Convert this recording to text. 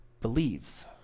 believes